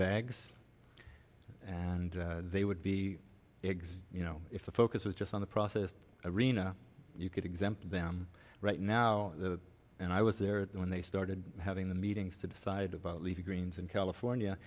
bags and they would be eggs you know if the focus was just on the process arena you could exempt them right now and i was there when they started having the meetings to decide about leafy greens in california